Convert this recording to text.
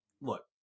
look